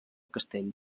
castell